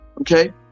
Okay